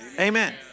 Amen